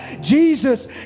Jesus